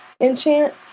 enchant